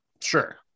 Sure